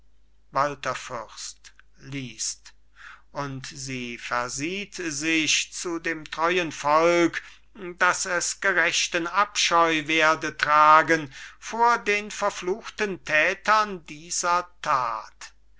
und sie versieht sich zu dem treuen volk dass es gerechten abscheu werde tragen vor den verfluchten tätern dieser tat